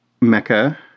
Mecca